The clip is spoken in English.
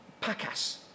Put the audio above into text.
Pacas